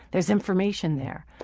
there's information there.